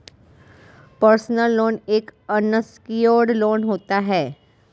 personal loan एक unsecured loan होता है